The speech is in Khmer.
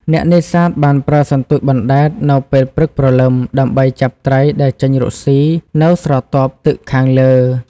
អ្នកនេសាទបានប្រើសន្ទូចបណ្ដែតនៅពេលព្រឹកព្រលឹម ដើម្បីចាប់ត្រីដែលចេញរកស៊ីនៅស្រទាប់ទឹកខាងលើ។